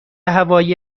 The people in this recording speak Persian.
هوایی